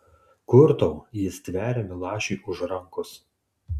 kur tau ji stveria milašiui už rankos